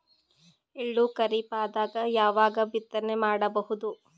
ಎಳ್ಳು ಖರೀಪದಾಗ ಯಾವಗ ಬಿತ್ತನೆ ಮಾಡಬಹುದು?